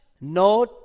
no